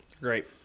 Great